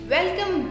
Welcome